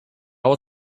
will